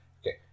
Okay